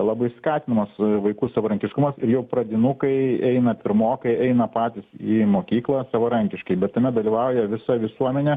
labai skatinamas vaikų savarankiškumas tai jau pradinukai eina pirmokai eina patys į mokyklą savarankiškai bet tame dalyvauja visa visuomenė